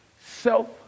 Self